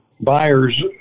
buyers